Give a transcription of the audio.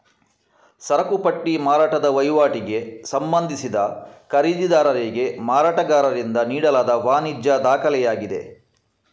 ಸರಕು ಪಟ್ಟಿ ಮಾರಾಟದ ವಹಿವಾಟಿಗೆ ಸಂಬಂಧಿಸಿದ ಖರೀದಿದಾರರಿಗೆ ಮಾರಾಟಗಾರರಿಂದ ನೀಡಲಾದ ವಾಣಿಜ್ಯ ದಾಖಲೆಯಾಗಿದೆ